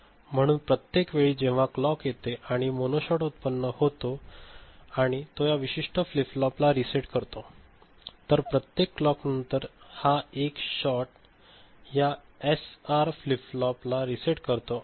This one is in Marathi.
म्हणून प्रत्येक वेळी जेव्हा क्लॉक येते आणि मोनो शॉट उत्पन्न होतो आणि तो या विशिष्ट फ्लिप फ्लॉप ला रीसेट करतो तर प्रत्येक क्लॉक नंतर हा एक शॉट या एस आर फ्लिप फ्लॉप ला रीसेट करतो